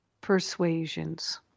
persuasions